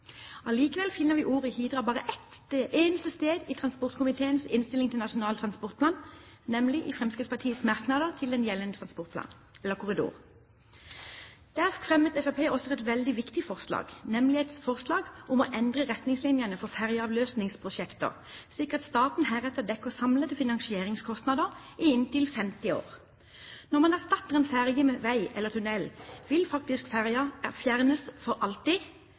Allikevel finner vi ordet «Hidra» bare ett eneste sted i transport- og kommunikasjonskomiteens innstilling til Nasjonal transportplan, nemlig i Fremskrittspartiets merknader til den gjeldende transportkorridor. I innstillingen til Nasjonal transportplan fremmet Fremskrittspartiet også et veldig viktig forslag, nemlig å «endre retningslinjene for ferjeavløsningsprosjekter slik at staten heretter dekker samlede finansieringskostnader i inntil 50 år». Når man erstatter en ferge med vei eller tunnel, vil fergen faktisk bli fjernet for alltid,